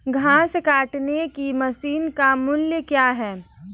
घास काटने की मशीन का मूल्य क्या है?